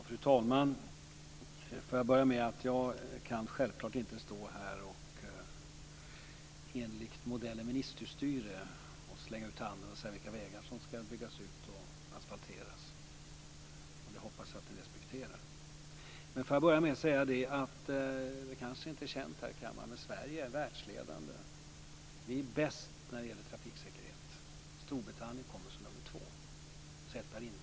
Fru talman! Jag kan självklart inte stå här, enligt modellen ministerstyre, och slänga ut handen och säga vilka vägar som ska byggas ut och asfalteras. Det hoppas jag att ni respekterar. Det är kanske inte känt här i kammaren att Sverige är världsledande. Vi är bäst när det gäller trafiksäkerhet. Storbritannien kommer som nr 2, sett per invånare.